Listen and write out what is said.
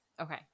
okay